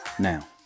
Now